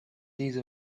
these